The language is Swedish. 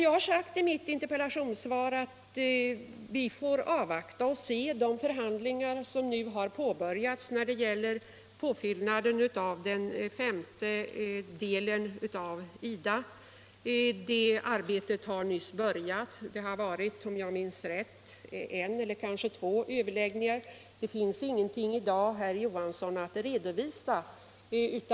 Jag har i interpellationssvaret sagt att vi får avvakta de förhandlingar som nu påbörjats om den femte påfyllnaden av IDA. Det arbetet har nyss börjat. Det har varit, om jag minns rätt, en eller kanske två överläggningar. Det finns i dag, herr Johansson, ingenting att redovisa.